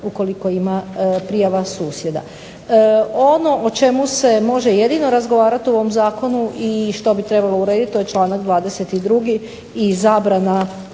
ukoliko ima prijava susjeda. Ono o čemu se jedino može razgovarati u ovom zakonu i što bi trebalo urediti to je članak 22. i zabrana